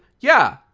yeah,